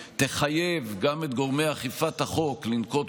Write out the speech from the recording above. שתחייב גם את גורמי אכיפת החוק לנקוט